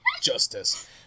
Justice